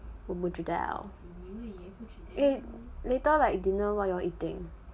我不知道 eh later like dinner what you all eating